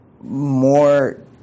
more